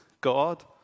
God